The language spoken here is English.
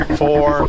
four